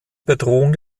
bedrohung